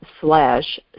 slash